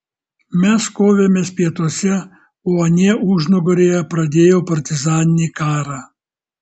mes kovėmės pietuose o anie užnugaryje pradėjo partizaninį karą